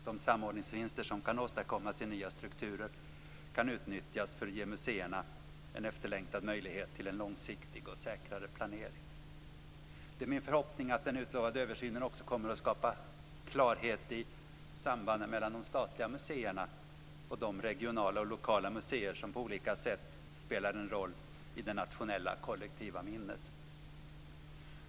De samordningsvinster som kan åstadkommas i nya strukturer kan utnyttjas för att ge museerna en efterlängtad möjlighet till en långsiktig och säkrare planering. Det är min förhoppning att den utlovad översynen också kommer att skapa klarhet i sambanden mellan de statliga museerna och de regionala och lokala museer som på olika sätt spelar en roll i det nationella kollektiva minnet.